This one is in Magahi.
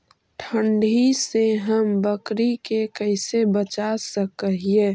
ठंडी से हम बकरी के कैसे बचा सक हिय?